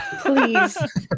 Please